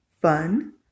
fun